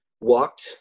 walked